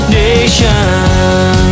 nation